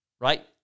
right